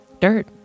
Dirt